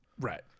Right